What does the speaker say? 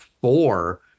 four